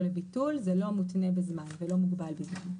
לביטול זה לא מותנה בזמן ולא מוגבל בזמן.